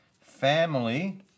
family